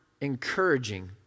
encouraging